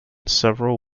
several